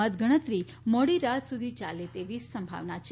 મતગણતરી મોડી રાત સુધી યાલે તેવી સંભાવના છે